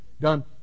done